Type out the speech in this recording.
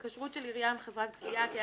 התקשרות של עירייה עם חברת גבייה תהיה